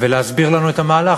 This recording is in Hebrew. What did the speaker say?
ולהסביר לנו את המהלך,